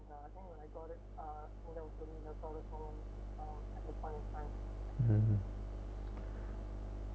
mmhmm